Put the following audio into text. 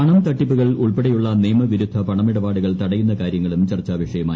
പണം തട്ടിപ്പുകൾ ഉൾപ്പെടെയുള്ള നിയമവിരുദ്ധ പണമിടപാടുകൾ തടയുന്ന കാര്യങ്ങളും ചർച്ചാ വിഷയമായി